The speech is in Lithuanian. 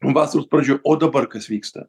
vasaros pradžioj o dabar kas vyksta